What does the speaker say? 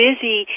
busy